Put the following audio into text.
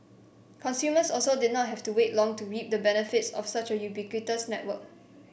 consumers also did not have to wait long to reap the benefits of such a ubiquitous network